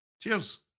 Cheers